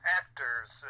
actors